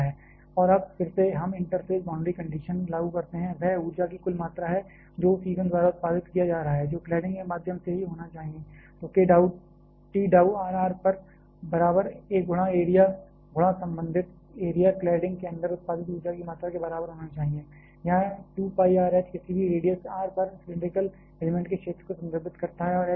और अब फिर से हम इंटरफ़ेस बाउंड्री कंडीशन लागू करते हैं वह ऊर्जा की कुल मात्रा है जो उस ईंधन द्वारा उत्पादित किया जा रहा है जो क्लैडिंग के माध्यम से ही होना चाहिए तो k dou T dou r r पर बराबर a गुणा एरिया गुणा संबंधित एरिया क्लैडिंग के अंदर उत्पादित ऊर्जा की मात्रा के बराबर होना चाहिए यहां 2 pi r H किसी भी रेडियस r पर सिलैंडरिकल एलिमेंट के क्षेत्र को संदर्भित करता है और H ऊँचाई है